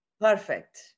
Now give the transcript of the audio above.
Perfect